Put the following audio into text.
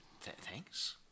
thanks